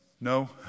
No